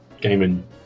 gaming